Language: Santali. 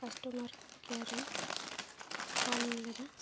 ᱠᱟᱥᱴᱚᱢᱟᱨ ᱠᱮᱭᱟᱨ ᱤᱧ ᱯᱷᱳᱱ ᱞᱮᱫᱟ